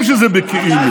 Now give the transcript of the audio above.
וכולם מבינים שזה בכאילו,